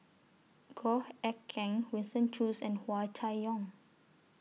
Goh Eck Kheng Winston Choos and Hua Chai Yong